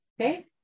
okay